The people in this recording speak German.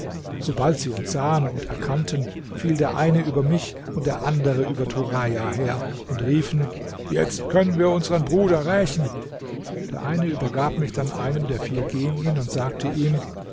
sobald sie uns sahen und erkannten fiel der eine über mich und der andere über turaja her und riefen jetzt können wir unseren bruder rächen der eine übergab mich dann einem der vier genien und sagte ihm